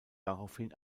daraufhin